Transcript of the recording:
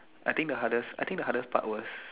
I think the hardest I think the hardest part was